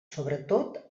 sobretot